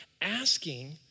asking